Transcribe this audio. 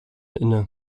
inne